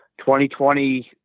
2020